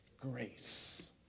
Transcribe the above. Grace